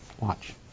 Watch